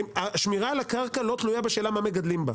השמירה על הקרקע לא תלויה בשאלה מה מגדלים בה.